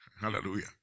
Hallelujah